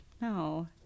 no